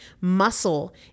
Muscle